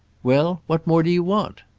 well, what more do you want?